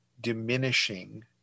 diminishing